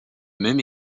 même